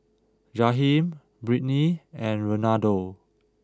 Jaheem Brittni and Renaldo